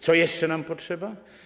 Czego jeszcze nam potrzeba?